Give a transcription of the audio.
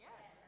Yes